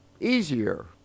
easier